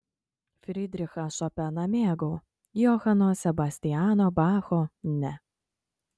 fridrichą šopeną mėgau johano sebastiano bacho ne